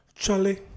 Charlie